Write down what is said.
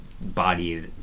body